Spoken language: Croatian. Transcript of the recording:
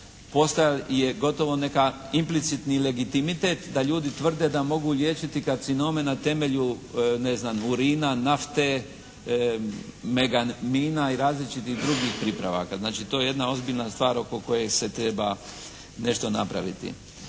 postaje gotovo neka implicitni legitimitet da ljudi tvrde da mogu liječiti karcinome na temelju ne znam, urina, nafte, megamina i različitih drugih pripravaka. Znači, to je jedna ozbiljna stvar oko koje se treba nešto napraviti.